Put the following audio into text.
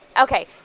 Okay